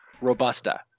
robusta